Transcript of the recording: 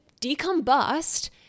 decombust